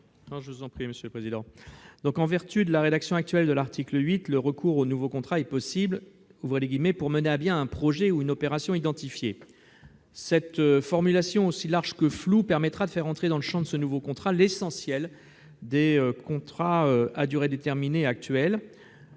parole est à M. Didier Marie. En vertu de la rédaction actuelle de l'article 8, le recours au nouveau contrat est possible « pour mener à bien un projet ou une opération identifié ». Cette formulation, aussi large que floue, permettra de faire entrer dans le champ de ce nouveau contrat l'essentiel des contrats à durée déterminée actuels.